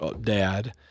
dad